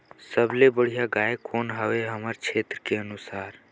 सबले बढ़िया गाय कौन हवे हमर क्षेत्र के अनुसार?